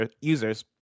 users